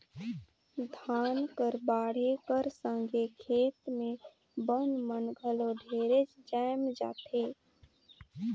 धान कर बाढ़े कर संघे खेत मे बन मन घलो ढेरे जाएम जाथे